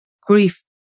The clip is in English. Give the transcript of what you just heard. grief